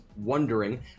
wondering